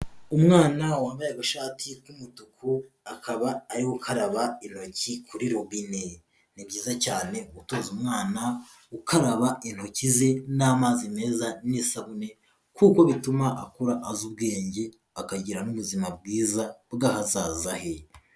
Umwana wambaye agashati k'umutuku akaba ari gukaraba intoki kuri robine, ni byiza cyane gutoza umwana gukaraba intoki ze n'amazi meza n'isabune, kuko bituma akura azi ubwenge akagira n'ubuzima bwiza bw'ahazaza he.